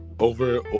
Over